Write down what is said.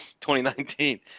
2019